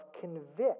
convict